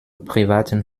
privaten